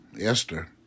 Esther